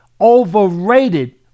overrated